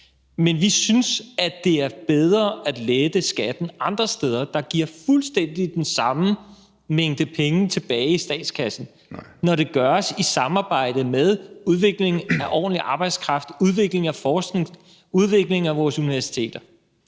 Men vi synes, at det er bedre at lette skatten andre steder, der giver fuldstændig den samme mængde penge tilbage i statskassen, når det gøres i samarbejde med udvikling af ordentlig arbejdskraft, udvikling af forskning, udvikling af vores universiteter.